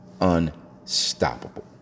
Unstoppable